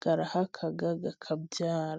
zirahaka zikabyara.